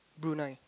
Brunei